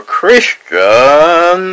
Christian